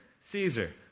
Caesar